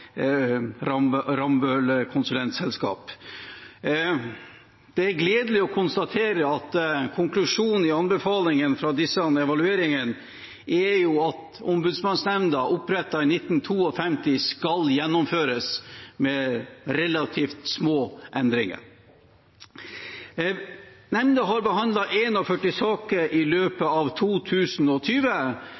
Det er gledelig å konstatere at konklusjonen i anbefalingene fra disse evalueringene er at Ombudsmannsnemnda, opprettet i 1952, skal videreføres med relativt små endringer. Nemnda har behandlet 41 saker i løpet av 2020